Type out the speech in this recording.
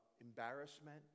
embarrassment